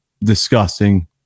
disgusting